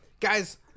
Guys